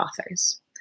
authors